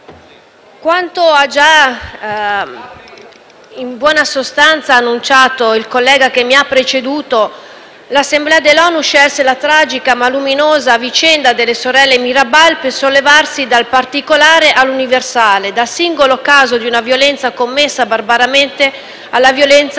come ha già annunciato il collega che mi ha preceduto, l'Assemblea dell'ONU scelse la tragica, ma luminosa vicenda delle sorelle Mirabal per sollevarsi dal particolare all'universale, dal singolo caso di una violenza commessa barbaramente, alla violenza